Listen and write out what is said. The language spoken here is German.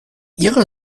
ihrer